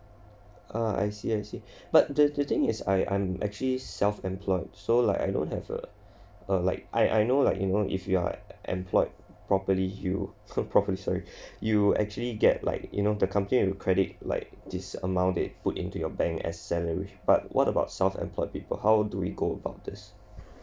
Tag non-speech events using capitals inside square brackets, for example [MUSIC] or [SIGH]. uh I see I see but the the thing is I I'm actually self employed so like I don't have a err like I I know like you know if you are employed properly you [LAUGHS] properly sorry you actually get like you know the company will credit like this amount they put into your bank as salary but what about self employed people how do we go about this